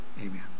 Amen